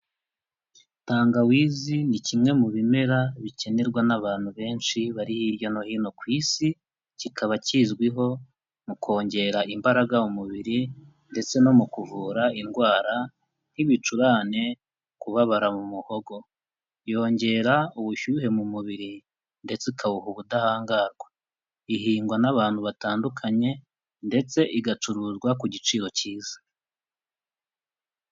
Tangawizi ni kimwe mu bimera, bikenerwa n'abantu benshi bari hirya no hino ku isi, kikaba kizwiho mu kongera imbaraga umubiri ndetse no mu kuvura indwara, nk'ibicurane kubabara mu muhogo, yongera ubushyuhe mu mubiri ndetse ikawuha ubudahangarwa. Ihingwa n'abantu batandukanye, ndetse igacuruzwa ku giciro cyiza.